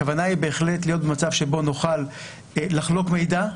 הכוונה היא להיות במצב בו נוכל לחלוק מידע.